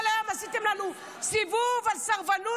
וכל היום עשיתם לנו סיבוב על סרבנות,